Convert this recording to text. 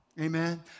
Amen